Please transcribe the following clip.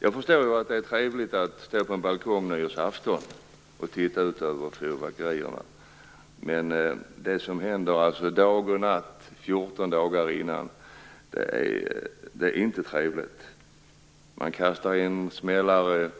Jag förstår att det är trevligt att stå på en balkong på nyårsafton och titta ut över fyrverkerierna, men det som händer dag och natt 14 dagar innan är inte trevligt. Man kastar in smällare